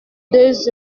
deux